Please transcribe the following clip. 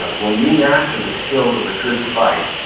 when you master the skill of a good fight,